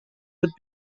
would